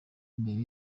mbere